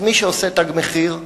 אז מי שעושה "תג מחיר",